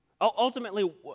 ultimately